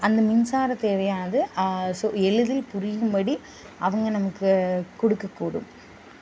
அந்த மின்சாரத் தேவையானது ஸோ எளிதில் புரியும்படி அவங்க நமக்கு கொடுக்கக்கூடும்